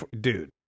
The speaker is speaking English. Dude